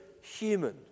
human